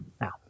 Now